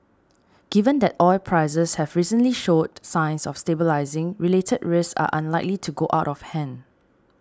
given that oil prices have recently showed signs of stabilising related risks are unlikely to go out of hand